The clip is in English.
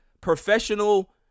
professional